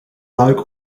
luik